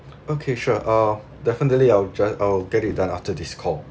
okay sure uh definitely I'll just I'll get it done after this call